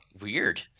Weird